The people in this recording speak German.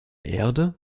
erde